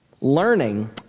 Learning